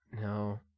No